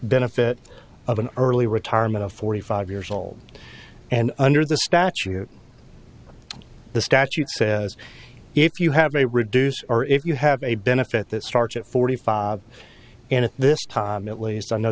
benefit of an early retirement of forty five years old and under the statute the statute says if you have a reduce or if you have a benefit that starts at forty five and at this time at least i know